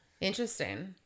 interesting